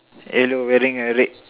yellow wearing uh red